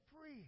free